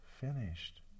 finished